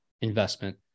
investment